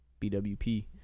BWP